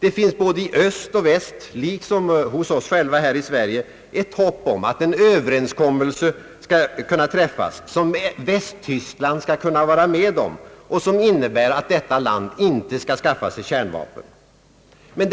Det finns både i öst och väst, liksom hos oss i Sverige, ett hopp om att en överenskommelse skall kunna träffas som Västtyskland skall kunna vara med om och som innebär att detta land inte skall skaffa sig kärnvapen.